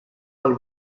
del